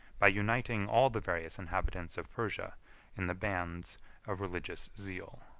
by uniting all the various inhabitants of persia in the bands of religious zeal.